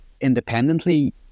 independently